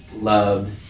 loved